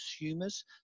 consumers